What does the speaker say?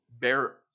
bear